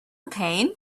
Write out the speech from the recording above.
pain